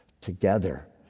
together